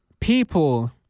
people